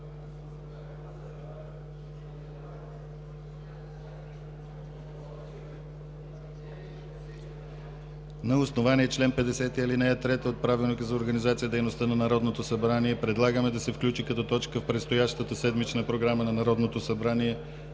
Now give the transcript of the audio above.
На основание чл. 50, ал. 3 от Правилника за организацията и дейността на Народното събрание предлагаме да се включи като точка в предстоящата седмична програма на Народното събрание